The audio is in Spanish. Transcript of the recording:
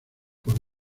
por